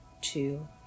two